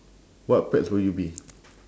what pets would you be